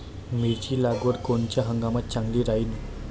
मिरची लागवड कोनच्या हंगामात चांगली राहीन?